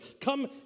come